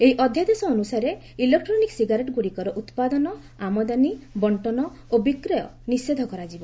ଏହି ଅଧ୍ୟାଦେଶ ଅନ୍ତସାରେ ଇଲେକ୍ରୋନିକ୍ ସିଗାରେଟ୍ଗ୍ରଡ଼ିକର ଉତ୍ପାଦନ ଆମଦାନୀ ବଣ୍ଟନ ଓ ବିକ୍ୟ ନିଷେଧ କରାଯିବ